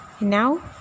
Now